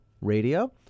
radio